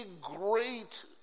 great